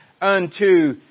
unto